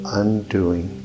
undoing